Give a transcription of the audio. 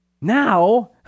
now